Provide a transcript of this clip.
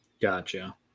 Gotcha